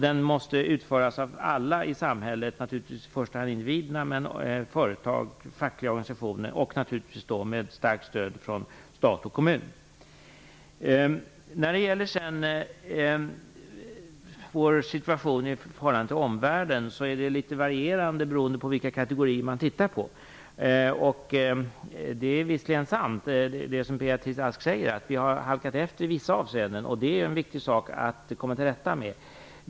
Den måste utföras av alla i samhället, naturligtvis i första hand individerna men även företag, fackliga organisationer, naturligtvis med starkt stöd från stat och kommun. När det sedan gäller vår situation i förhållande till omvärlden kommer man till litet varierande resultat beroende på vilka kategorier man tittar på. Det som Beatrice Ask säger - att vi har halkat efter i vissa avseenden - är visserligen sant, och det är en viktig sak att komma till rätta med.